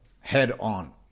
head-on